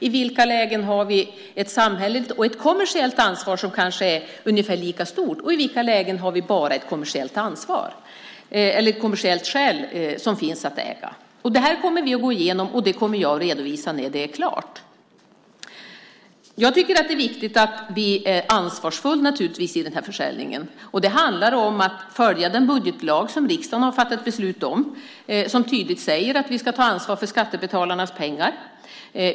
I vilka lägen har vi ett samhälleligt och ett kommersiellt ansvar som kanske är ungefär lika stort? Och i vilka lägen finns det bara ett kommersiellt skäl att äga? Detta kommer vi att gå igenom, och jag kommer att redovisa det när det är klart. Jag tycker naturligtvis att det är viktigt att vi är ansvarsfulla vid denna försäljning. Det handlar om att följa den budgetlag som riksdagen har fattat beslut om och där det tydligt sägs att vi ska ta ansvar för skattebetalarnas pengar.